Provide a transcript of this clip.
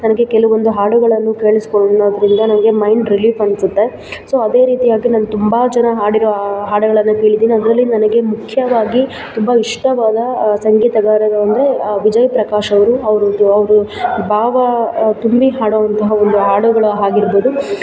ನನಗೆ ಕೆಲವೊಂದು ಹಾಡುಗಳನ್ನು ಕೇಳಿಸಿಕೊಳ್ಳೋದ್ರಿಂದ ನನಗೆ ಮೈಂಡ್ ರಿಲೀಫ್ ಅನಿಸುತ್ತೆ ಸೊ ಅದೇ ರೀತಿಯಾಗಿ ನಾನು ತುಂಬ ಜನ ಹಾಡಿರೋ ಹಾಡುಗಳನ್ನು ಕೇಳಿದೀನಿ ಅದರಲ್ಲಿ ನನಗೆ ಮುಖ್ಯವಾಗಿ ತುಂಬ ಇಷ್ಟವಾದ ಸಂಗೀತಗಾರರು ಅಂದರೆ ವಿಜಯ್ ಪ್ರಕಾಶ್ ಅವರು ಅವರದ್ದು ಅವರು ಭಾವ ತುಂಬಿ ಹಾಡುವಂತಹ ಒಂದು ಹಾಡುಗಳು ಆಗಿರ್ಬೋದು